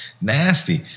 nasty